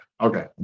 Okay